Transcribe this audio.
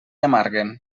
amarguen